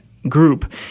Group